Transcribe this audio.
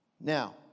Now